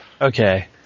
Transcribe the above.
Okay